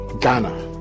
Ghana